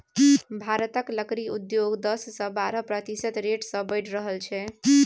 भारतक लकड़ी उद्योग दस सँ बारह प्रतिशत रेट सँ बढ़ि रहल छै